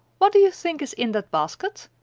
what do you think is in that basket?